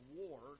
war